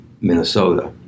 minnesota